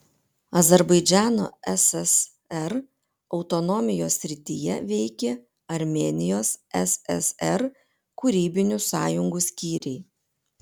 azerbaidžano ssr autonomijos srityje veikė armėnijos ssr kūrybinių sąjungų skyriai